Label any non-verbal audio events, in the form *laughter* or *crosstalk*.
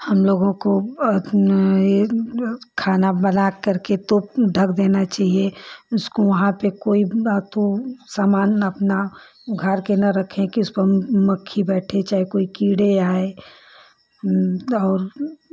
हम लोगों को *unintelligible* खाना बना कर के ढक देना चाहिए उसको वहाँ पर सामान अपना घर का नहीं रखें कि इस पर मक्खी बैठे या कोई कीड़े आएँ और